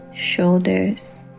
Shoulders